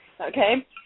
okay